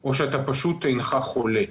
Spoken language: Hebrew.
או שפשוט אינך חולה.